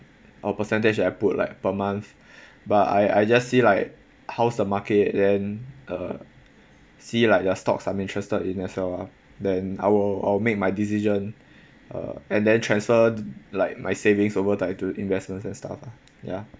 or percentage that I put like per month but I I just see like how's the market then uh see like the stocks I'm interested in as well ah then I will I'll make my decision uh and then transfer like my savings over to investments and stuff ah ya